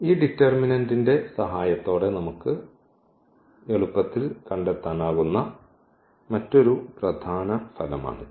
ഈ ഡിറ്റർമിനന്റ്ന്റെ സഹായത്തോടെ നമുക്ക് എളുപ്പത്തിൽ കണ്ടെത്താനാകുന്ന മറ്റൊരു പ്രധാന ഫലമാണിത്